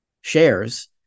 shares